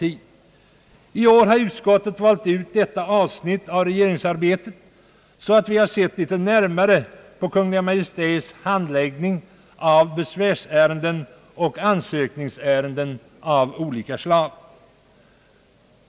I år har utskottet valt ut detta avsnitt av regeringsarbetet, så att vi har fått se litet närmare på Kungl. Maj:ts handläggning av besvärsoch ansökningsärenden av olika slag.